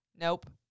Nope